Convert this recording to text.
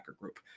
group